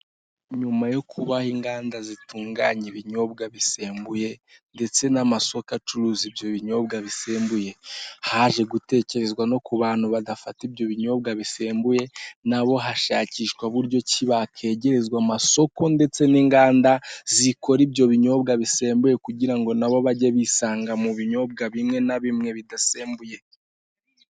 Nyuma yo kubaho inganda zitunganya ibinyobwa bisembuye ndetse n'amasoko acuruza ibyo binyobwa bisembuye haje gutekerezwa no ku bantu badafata ibyo binyobwa bisembuye na bo hashakishwa uburyo ki bakegerezwa amasoko ndetse n'inganda zikora ibyo binyobwa bisembuye kugira ngo na bo bajye bisanga mu binyobwa bimwe na bimwe bidasembuye.